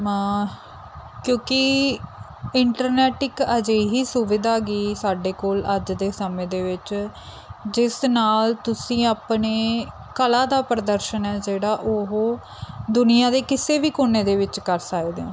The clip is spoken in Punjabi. ਮ ਕਿਉਂਕਿ ਇੰਟਰਨੈਟ ਇੱਕ ਅਜਿਹੀ ਸੁਵਿਧਾ ਗੀ ਸਾਡੇ ਕੋਲ ਅੱਜ ਦੇ ਸਮੇਂ ਦੇ ਵਿੱਚ ਜਿਸ ਨਾਲ ਤੁਸੀਂ ਆਪਣੇ ਕਲਾ ਦਾ ਪ੍ਰਦਰਸ਼ਨ ਹੈ ਜਿਹੜਾ ਉਹ ਦੁਨੀਆ ਦੇ ਕਿਸੇ ਵੀ ਕੋਨੇ ਦੇ ਵਿੱਚ ਕਰ ਸਕਦੇ ਹੋ